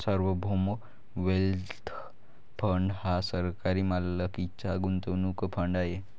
सार्वभौम wealth fund हा सरकारी मालकीचा गुंतवणूक फंड आहे